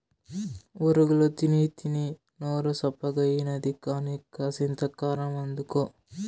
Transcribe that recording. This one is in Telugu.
బొరుగులు తినీతినీ నోరు సప్పగాయినది కానీ, కాసింత కారమందుకో